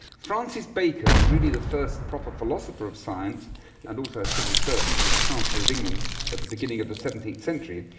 francis bacon, really the first proper philosopher of science and also a civil servant who was chancellor of england at the beginning of the seventeenth century,